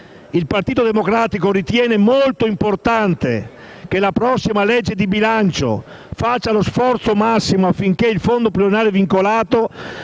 il Partito Democratico ritiene molto importante che la prossima legge di bilancio faccia lo forzo massimo affinché il fondo pluriennale vincolato